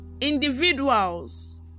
individuals